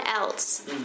else